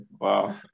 Wow